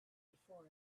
before